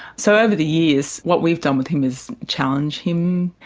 so over the years what we've done with him is challenge him,